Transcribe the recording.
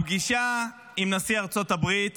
הפגישה עם נשיא ארצות הברית